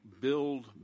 build